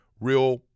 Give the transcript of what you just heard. Real